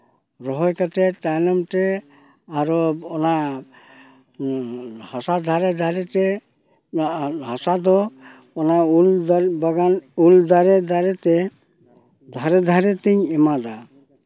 ᱨᱚᱦᱚᱭ ᱠᱟᱛᱮ ᱛᱟᱭᱱᱚᱢ ᱛᱮ ᱟᱨᱚ ᱚᱱᱟ ᱦᱟᱥᱟ ᱫᱷᱟᱨᱮ ᱫᱷᱟᱨᱮᱛᱮ ᱱᱚᱣᱟ ᱦᱟᱥᱟ ᱫᱚ ᱚᱱᱟ ᱩᱞ ᱵᱟᱜᱟᱱ ᱩᱞ ᱫᱟᱨᱮ ᱫᱟᱨᱮᱛᱮ ᱫᱷᱟᱨᱮ ᱫᱷᱟᱨᱮ ᱛᱮᱧ ᱮᱢᱟᱣᱟᱫᱟ